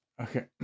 okay